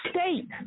state